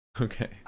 Okay